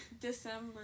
December